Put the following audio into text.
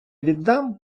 віддам